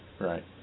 Right